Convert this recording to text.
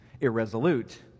irresolute